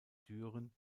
düren